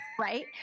right